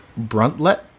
Bruntlett